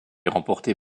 remportée